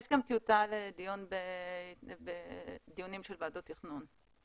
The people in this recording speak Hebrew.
יש גם טיוטה לדיון בדיונים של ועדות תכנון.